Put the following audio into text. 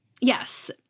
Yes